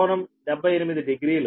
కాబట్టి ఇది Zpeq0